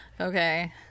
Okay